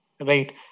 right